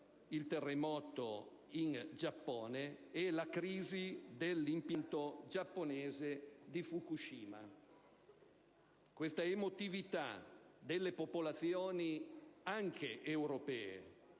il terremoto in Giappone e la crisi dell'impianto giapponese di Fukushima. L'emotività delle popolazioni anche europee,